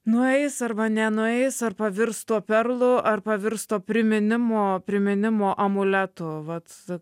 nueis arba nenueis ar pavirs tuo perlu ar pavirs tuo priminimu priminimo amuletu vat